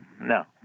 no